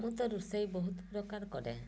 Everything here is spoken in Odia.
ମୁଁ ତ ରୋଷେଇ ବହୁତ ପ୍ରକାର କରେ